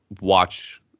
watch